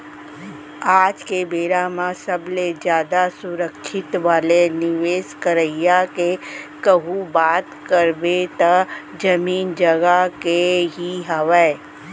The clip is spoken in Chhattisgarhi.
आज के बेरा म सबले जादा सुरक्छित वाले निवेस करई के कहूँ बात करबे त जमीन जघा के ही हावय